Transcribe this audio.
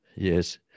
Yes